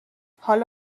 حالا